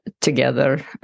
together